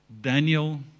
Daniel